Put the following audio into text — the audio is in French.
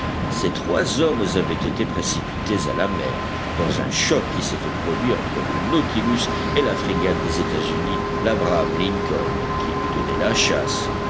ces trois hommes avaient été précipités à la mer dans un choc qui s'était produit entre le nautilus et la frégate des états-unis labraham lincoln qui lui donnait la chasse